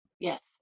Yes